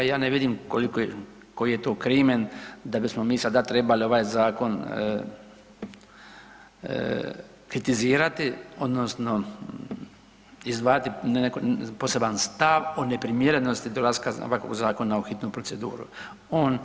Ja ne vidim koji je to krimen da bismo mi sada trebali ovaj zakon kritizirati odnosno izdvajati poseban stav o neprimjerenosti dolaska ovakvog zakona u hitnu proceduru.